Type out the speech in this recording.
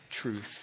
truth